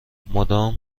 مدام